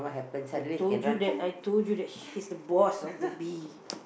I told you that I told you that he's the boss of the bee